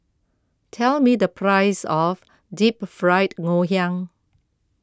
tell me the price of Deep Fried Ngoh Hiang